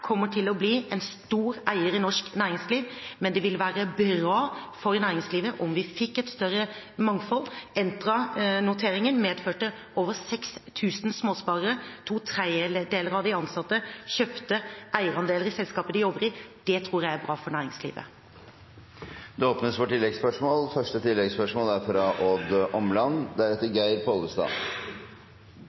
kommer til å bli en stor eier i norsk næringsliv, men det ville være bra for næringslivet om vi fikk et større mangfold. Entra-noteringen medførte over 6 000 småsparere som aksjonærer. To tredjedeler av de ansatte kjøpte eierandeler i selskapet de jobber i. Det tror jeg er bra for næringslivet. Det åpnes for oppfølgingsspørsmål – først Odd Omland.